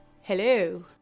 Hello